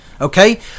okay